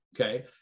Okay